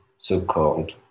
so-called